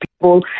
people